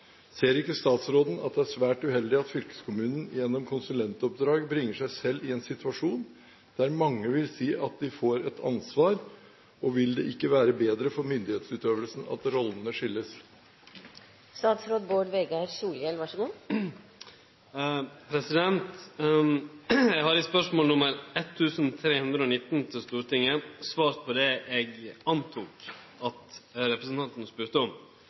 Ser ikke statsråden at det er svært uheldig at fylkeskommunen gjennom konsulentoppdrag bringer seg selv i en situasjon der mange vil si at de får et ansvar, og vil det ikke være bedre for myndighetsutøvelsen at rollene skilles?» Eg har i spørsmål nr. 1 319 frå Stortinget svart på det eg antok at representanten Gundersen spurde om,